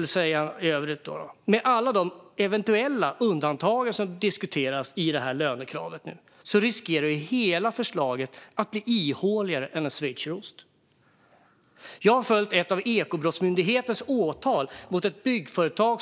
vill säga att med alla de eventuella undantag som diskuteras kring lönekravet riskerar hela förslaget att bli ihåligare än en schweizerost. Jag har följt ett av Ekobrottsmyndighetens åtal mot ett byggföretag.